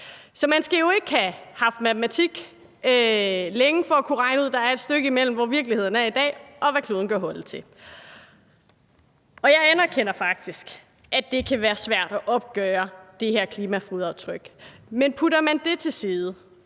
Så man skal ikke have haft matematik længe for at kunne regne ud, at der er et stykke imellem, hvor virkeligheden er i dag, og hvad kloden kan holde til. Jeg anerkender faktisk, at det kan være svært at opgøre det her klimafodaftryk, men skubber man dét til side,